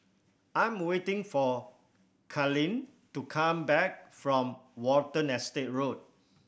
I'm waiting for Katelyn to come back from Watten Estate Road